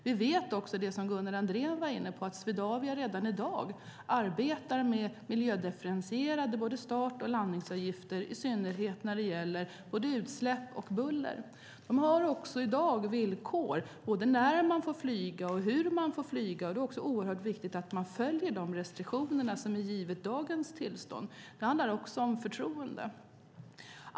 Vi vet, som Gunnar Andrén var inne på, att Swedavia redan i dag arbetar med miljödifferentierade start och landningsavgifter, i synnerhet när det gäller utsläpp och buller. De har också i dag villkor för när man får flyga och hur man får flyga. Det är oerhört viktigt att man följer de restriktioner som finns med dagens tillstånd. Det handlar också om förtroende.